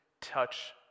touch